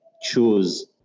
choose